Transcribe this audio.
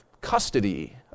custody